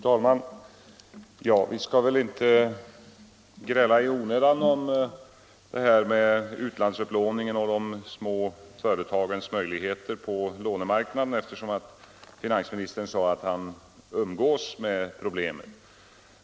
Fru talman! Vi skall väl inte gräla i onödan om utlandsupplåningen och de små företagens möjligheter på lånemarknaden eftersom finansministern sade att han umgås med problemet.